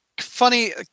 funny